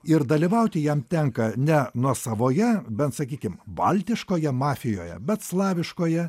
ir dalyvauti jam tenka ne nuosavoje bent sakykim baltiškoje mafijoje bet slaviškoje